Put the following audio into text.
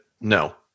no